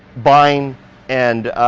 buying and